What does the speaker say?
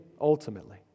ultimately